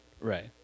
Right